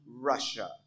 Russia